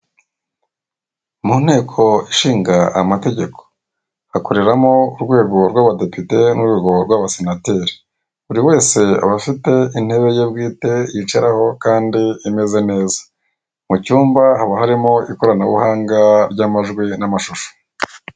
Mu nteko ishinga amategeko, hakoreramo urwego rw'abadepite n'urwego rw'abasenateri, buri wese aba afite intebe ye bwite yicaraho kandi imeze neza, mu cyumba haba harimo ikoranabuhanga ry'amajwi n'amashusho.